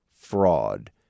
fraud